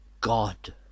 God